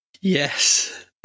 Yes